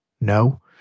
no